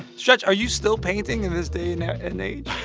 stretch, are you still painting in this day and age?